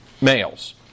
males